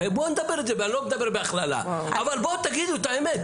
אני לא מדבר בהכללה, אבל בואו תגידו את האמת.